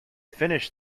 finished